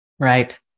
Right